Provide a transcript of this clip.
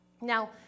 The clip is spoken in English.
Now